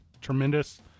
Tremendous